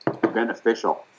beneficial